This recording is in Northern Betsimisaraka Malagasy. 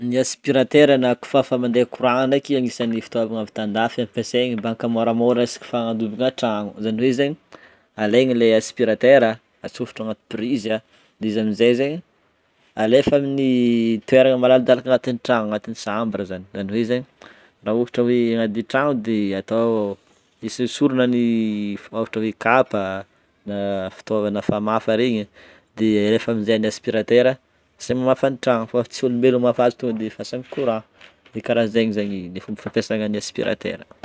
Ny aspirateur na kofafa mandeha courant ndreky agnisany fitaovana avy tandafy ampesegny mba ankamoramora resaka fagnadiovana tragno zany hoe zany, alegna le aspirateur atsofotro agnaty prise a, de izy amize zany alefa aminy toerana malaladalaka agnatin'ny tragno agnatin'ny chambre zany zany hoe zany raha ohatra hoe agnadio tragno de atao esosorina ny f- ôhatra hoe kapa a fitaovana famafa regny de alefa amize n'y aspirateur ze mamafa ny tragno fa tsy olombelogno mamafa azy fa asan'ny courant de karahan'zegny zany ny fomba fampesana n'y aspirateur.